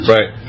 Right